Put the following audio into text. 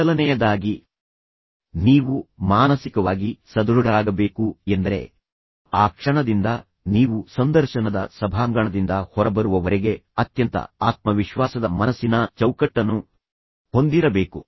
ಮೊದಲನೆಯದಾಗಿ ನೀವು ಮಾನಸಿಕವಾಗಿ ಸದೃಢರಾಗಬೇಕು ಎಂದರೆ ಆ ಕ್ಷಣದಿಂದ ನೀವು ಸಂದರ್ಶನದ ಸಭಾಂಗಣದಿಂದ ಹೊರಬರುವವರೆಗೆ ಅತ್ಯಂತ ಆತ್ಮವಿಶ್ವಾಸದ ಮನಸ್ಸಿನ ಚೌಕಟ್ಟನ್ನು ಹೊಂದಿರಬೇಕು